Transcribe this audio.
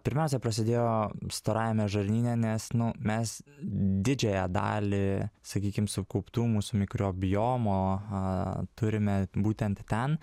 pirmiausia prasidėjo storajame žarnyne nes nu mes didžiąją dalį sakykim sukauptų mūsų mikrobiomo turime būtent ten